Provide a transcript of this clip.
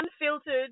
unfiltered